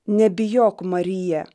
nebijok marija